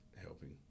helping